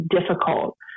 difficult